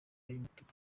y’umutuku